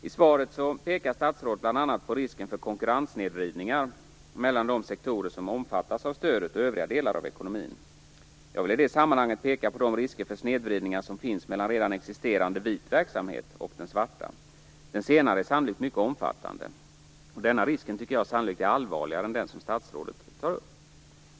I svaret pekar statsrådet bl.a. på risken för konkurrenssnedvridningar mellan de sektorer som omfattas av stödet och övriga delar av ekonomin. Jag vill i det sammanhanget peka på de risker för snedvridningar som finns mellan redan existerande vit verksamhet och den svarta. Den senare är sannolikt mycket omfattande. Den risken är troligen allvarligare än den som statsrådet tar upp.